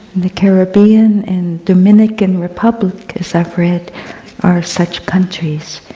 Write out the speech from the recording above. the caribbean and dominican republic, as i've read are such countries.